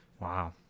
Wow